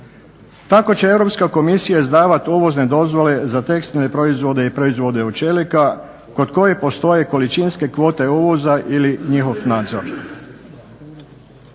Tako će Europska komisija izdavati uvozne dozvole za tekstilne proizvode i proizvode od čelika kod kojih postoje količinske kvote uvoza ili njihov nadzor.